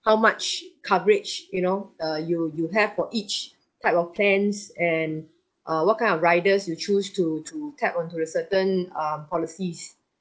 how much coverage you know uh you you have for each type of plans and uh what kind of riders you choose to to tap onto a certain uh policies